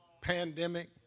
pandemic